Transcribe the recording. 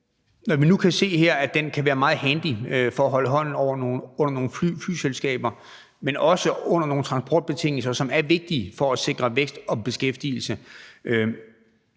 Når vi nu kan se her, at den kan være meget handy med hensyn til at holde hånden under nogle flyselskaber, men også under nogle transportbetingelser, som er vigtige for at sikre vækst og beskæftigelse,